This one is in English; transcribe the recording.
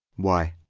why,